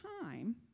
time